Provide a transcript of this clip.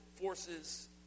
forces